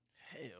Hell